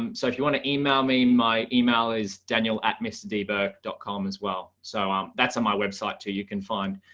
um so if you want to email me my email is daniel at mrdbourke dot com as well. so um that's on my website to you can find,